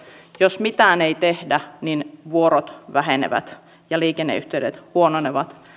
jos mitään ei tehdä niin vuorot vähenevät ja liikenneyhteydet huononevat